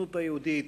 הסוכנות היהודית,